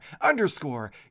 underscore